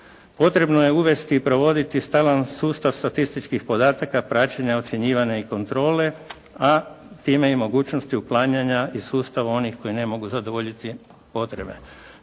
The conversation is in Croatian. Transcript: potrebno je uvesti i provoditi stalan sustav statističkih podataka, praćenja, ocjenjivanja i kontrole a time i mogućnosti uklanjanja iz sustava onih koji ne mogu zadovoljiti potrebe.